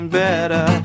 better